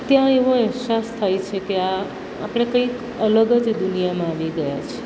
ત્યાં એવો અહેસાસ થાય છે કે આપણે કંઈક અલગ જ દુનિયામાં આવી ગયા છીએ